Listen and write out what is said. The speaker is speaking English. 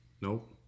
Nope